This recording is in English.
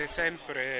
sempre